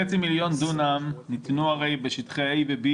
2.5 מיליון דונם ניתנו בשטחי A ו-B